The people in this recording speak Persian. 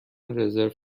رزرو